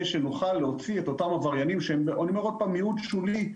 שנוכל להוציא את אותם עבריינים שהם מיעוט שולי,